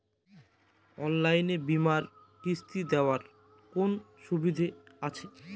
অনলাইনে বীমার কিস্তি দেওয়ার কোন সুবিধে আছে?